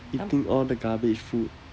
eating all the garbage food